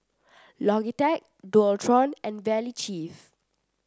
Logitech Dualtron and Valley Chef